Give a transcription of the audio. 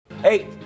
Hey